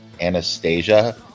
Anastasia